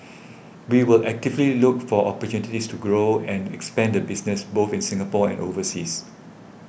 we will actively look for opportunities to grow and expand the business both in Singapore and overseas